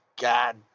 God